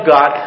God